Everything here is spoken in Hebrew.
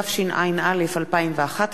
התשע"א 2011,